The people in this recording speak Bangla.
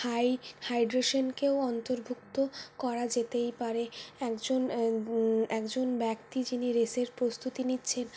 হাইড্রেশনকেও অন্তর্ভুক্ত করা যেতেই পারে একজন একজন ব্যক্তি যিনি রেসের প্রস্তুতি নিচ্ছেন